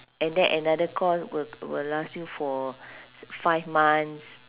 and then another course will will last you for five months